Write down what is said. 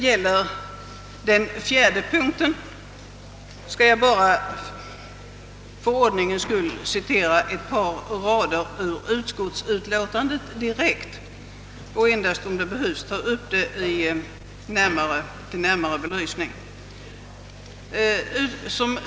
Vad slutligen beträffar punkten D skall jag bara för ordningens skull citera några rader i utskottsutlåtandet och endast om det behövs ge en närmare belysning.